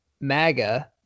MAGA